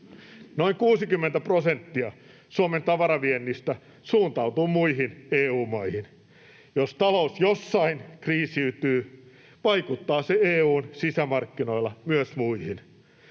Noin 60 prosenttia Suomen tavaraviennistä suuntautuu muihin EU-maihin. Jos talous jossain kriisiytyy, vaikuttaa se EU:n sisämarkkinoilla myös muihin.